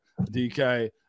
DK